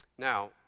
Now